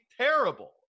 terrible